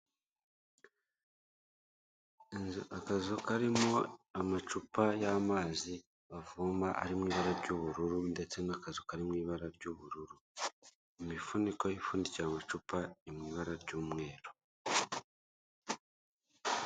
Akazu karimo amacupa y'amazi bavoma ari mw'ibara ry'ubururu ndetse n'akazu kari mw'ibara ry'ubururu imifuniko ifundikiye amacupa ni mw'ibara ry'umweru.